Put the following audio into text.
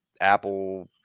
Apple